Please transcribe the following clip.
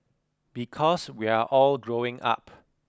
because we're all growing up